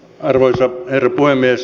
arvoisa herra puhemies